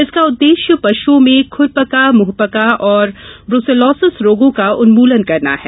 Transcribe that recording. इसका उद्देश्य पश्ञओं में खुरपका मुहपका और ब्रूसीलोसिस रोगो का उन्मूलन करना है